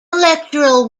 electoral